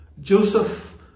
Joseph